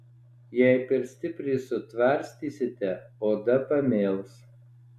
jei per stipriai sutvarstysite oda pamėls